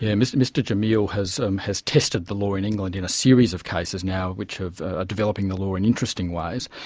yeah mr mr jamil has um has tested the law in england in a series of cases now which are ah developing the law in interesting ways.